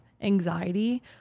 anxiety